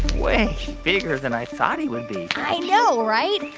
way bigger than i thought he would be i know, right?